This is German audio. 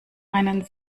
einen